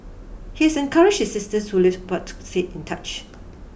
he is encouraged his sisters who lived apart to say in touch